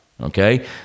Okay